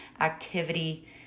activity